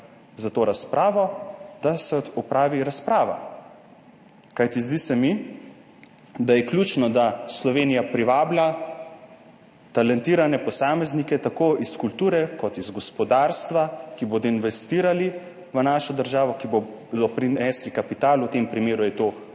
za to razpravo – da se opravi razprava. Kajti zdi se mi, da je ključno, da Slovenija privablja talentirane posameznike tako iz kulture kot iz gospodarstva, ki bodo investirali v našo državo, ki bodo prinesli kapital, v tem primeru je to